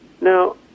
Now